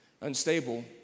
unstable